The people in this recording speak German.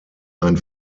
ein